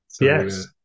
yes